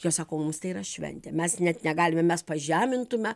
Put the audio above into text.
jos sako mums tai yra šventė mes net negalime mes pažemintume